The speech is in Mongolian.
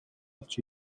олж